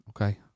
Okay